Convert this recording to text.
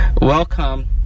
Welcome